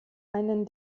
einen